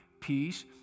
peace